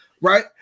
Right